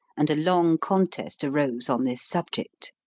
and a long contest arose on this subject.